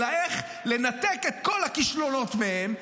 אלא איך לנתק את כל הכישלונות מהם,